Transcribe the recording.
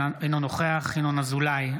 אינו נוכח ינון אזולאי,